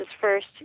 first